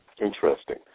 Interesting